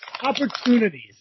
Opportunities